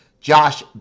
Josh